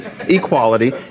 equality